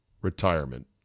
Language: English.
retirement